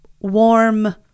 warm